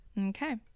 Okay